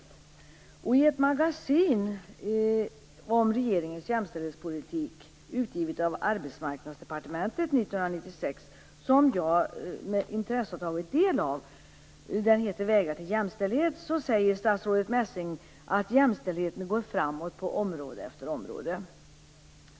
Jag har med intresse tagit del av ett magasin om regeringens jämställdhetspolitik utgivet av Arbetsmarknadsdepartementet 1996. Det heter Vägar till jämställdhet. Där säger statsrådet Messing att jämställdheten går framåt på området efter område.